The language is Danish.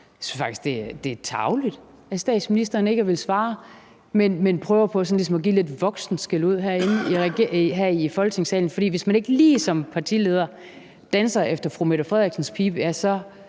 det er tarveligt af statsministeren ikke at ville svare, men at man ligesom prøver på at give lidt voksenskældud her i Folketingssalen. For hvis man ikke lige som partileder danser efter fru Mette Frederiksens pibe,